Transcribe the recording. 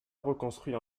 reconstruit